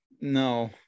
No